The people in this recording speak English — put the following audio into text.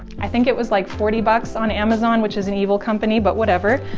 i think it was, like, forty bucks on amazon, which is an evil company but whatever.